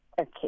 okay